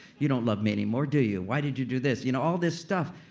you don't love me anymore, do you? why did you do this? you know all this stuff.